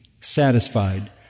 satisfied